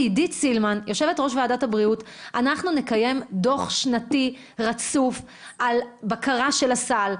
שאתם תקיימו דוח שנתי ורצוף לבקרה של הסל,